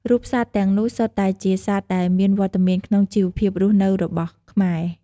រូបសត្វទាំងនោះសុទ្ធតែជាសត្វដែលមានវត្តមានក្នុងជីវភាពរស់នៅរបស់ខ្មែរ។